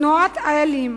תנועת "איילים",